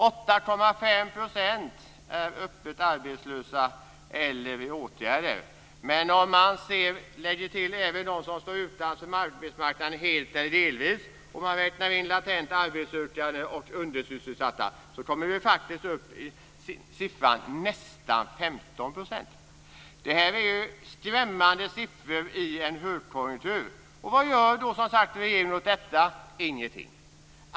8,5 % är öppet arbetslösa eller i åtgärder, men om vi lägger till även dem som står utanför arbetsmarknaden helt eller delvis och räknar in latent arbetssökande och undersysselsatta kommer vi upp i nästan 15 %. Det här är skrämmande siffror i en högkonjunktur. Och vad gör då regeringen åt detta? Den gör ingenting.